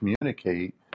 communicate